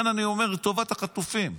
אני אומר לטובת החטופים,